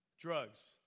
Drugs